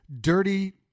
dirty